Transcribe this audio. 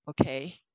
Okay